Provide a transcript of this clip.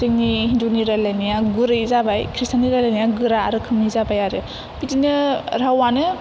जोंनि हिन्दुनि रायलायनाया गुरै जाबाय ख्रिष्टाननि रायलायनाया गोरा रोखोमनि जाबाय आरो बिदिनो रावानो